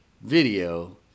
video